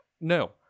no